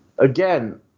Again